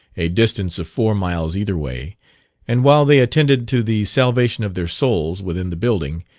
a distance of four miles either way and while they attended to the salvation of their souls within the building,